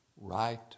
right